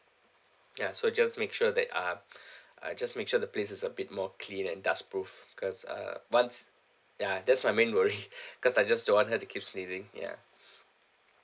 ya so just make sure that uh uh just make sure the place is a bit more clean and dustproof cause uh once ya that's my main worry cause I just don't want her to keep sneezing ya